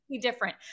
different